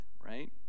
right